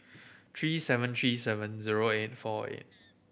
three seven three seven zero eight four eight